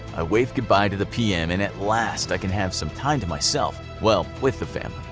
i wave goodbye to the pm and at last i can have some time to myself, well, with the family.